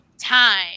time